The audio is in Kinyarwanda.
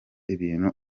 ibintu